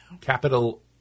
capital